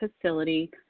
facility